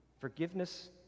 Forgiveness